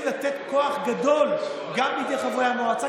לתת כוח גדול גם בידי חברי המועצה,